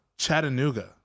Chattanooga